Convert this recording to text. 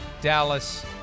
Dallas